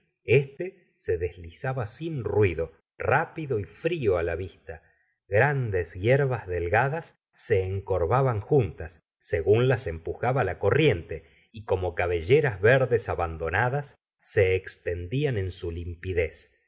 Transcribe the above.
éste se deslizaba sin ruido rápido y frío la vista grandes hierbas delgadas se encorvaban juntas según las empujaba la corriente y como cabelleras verdes abandonadas se extendían en su limpidez